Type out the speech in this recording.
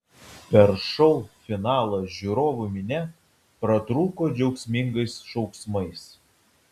per šou finalą žiūrovų minia pratrūko džiaugsmingais šauksmais